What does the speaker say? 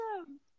awesome